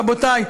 רבותי,